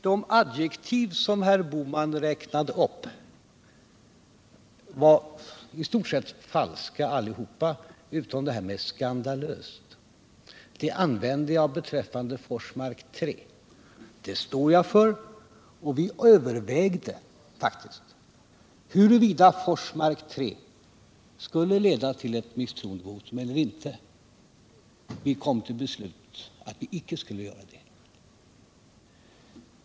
Herr talman! De adjektiv som herr Bohman räknade upp var alla i stort sett falska, utom ordet ”skandalöst”. Det använde jag beträffande Forsmark 3, och det står jag för. Vi övervägde faktiskt huruvida Forsmark 3 skulle leda till att vi begärde misstroendevotum eller inte, och vi kom till beslutet att vi icke skulle göra det.